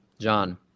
John